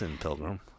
Pilgrim